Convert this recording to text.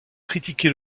critiqué